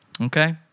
Okay